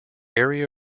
area